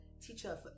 teacher